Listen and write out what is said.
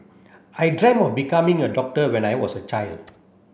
I dreamt of becoming a doctor when I was a child